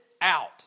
out